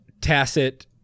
tacit